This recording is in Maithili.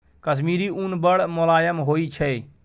कश्मीरी उन बड़ मोलायम होइ छै